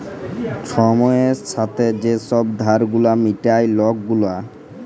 ছময়ের ছাথে যে ছব ধার গুলা মিটায় লক গুলা